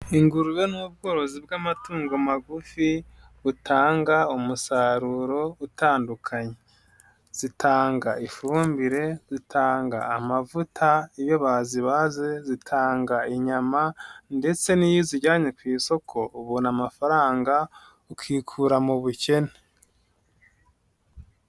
Ingurube n'ubworozi bw'amatungo magufi butanga umusaruro utandukanye, zitanga ifumbire, zitanga amavuta iyo bazibaze, zitanga inyama ndetse n'iyo uzijyanye ku isoko ubona amafaranga ukikura mu bukene.